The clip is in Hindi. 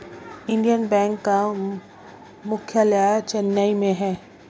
इंडियन बैंक का मुख्यालय चेन्नई में है